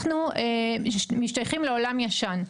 אנחנו משתייכים לעולם ישן,